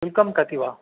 शुल्कं कति वा